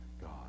god